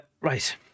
Right